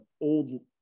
old